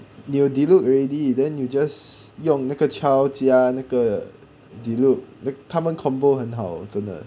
you 有 diluc already then you just 用那个 child 加那个 diluc 他们 combo 很好真的